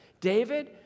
David